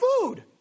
food